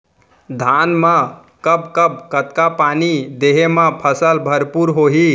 धान मा कब कब कतका पानी देहे मा फसल भरपूर होही?